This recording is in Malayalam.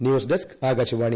news desk Akashvani